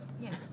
Yes